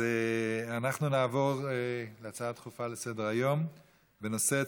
אנחנו נעבור להצעה דחופה לסדר-היום בנושא: